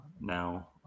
now